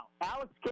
Alex